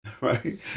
Right